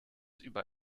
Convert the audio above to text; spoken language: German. über